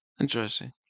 interesting